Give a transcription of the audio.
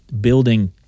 building